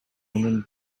менен